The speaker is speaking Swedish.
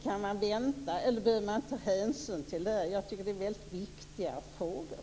Kan vi vänta, eller behöver vi ta hänsyn till detta? Jag tycker att det är väldigt viktiga frågor.